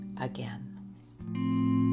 again